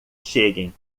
cheguem